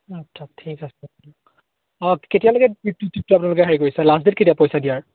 আচ্ছা ঠিক আছে অঁ কেতিয়ালৈকে ট্ৰিপটো আপোনালোকে হেৰি কৰিছে লাষ্ট ডে'ট কেতিয়া পইচা দিয়াৰ